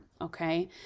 okay